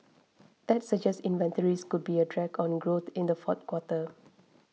that suggests inventories could be a drag on growth in the fourth quarter